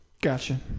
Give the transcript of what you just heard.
Gotcha